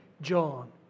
John